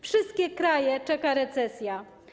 Wszystkie kraje czeka recesja.